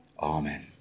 Amen